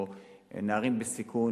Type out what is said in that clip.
או נערים בסיכון,